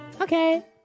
Okay